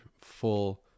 full